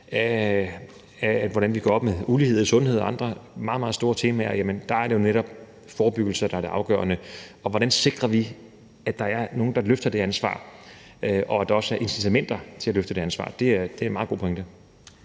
af, hvordan vi gør op med ulighed i sundhed, og af andre meget store temaer er det helt klart netop forebyggelse, der er det afgørende. Og hvordan sikrer vi, at der er nogle, der løfter det ansvar, og at der også er incitamenter til at løfte det ansvar? Det er en meget god pointe.